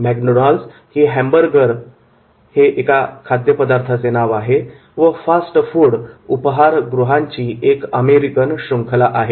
McDonald ही hamburger एका पदार्थाचे नाव व फास्टफूड उपहार गृहांची एक अमेरिकन शृंखला आहे